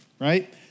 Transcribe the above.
right